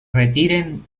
retiren